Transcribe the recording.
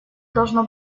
должно